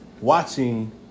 Watching